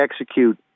execute